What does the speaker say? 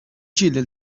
ġieli